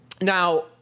Now